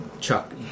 Chuck